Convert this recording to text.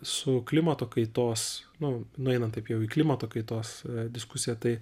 su klimato kaitos nu nueinant taip jau į klimato kaitos diskusiją tai